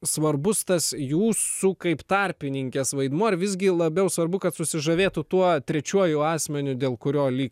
svarbus tas jūsų kaip tarpininkės vaidmuo ar visgi labiau svarbu kad susižavėtų tuo trečiuoju asmeniu dėl kurio lyg